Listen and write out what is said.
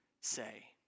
say